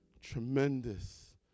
tremendous